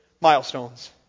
milestones